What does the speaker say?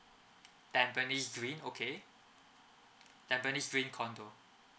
tampines dream okay tampines dream condo